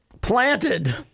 planted